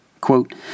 Quote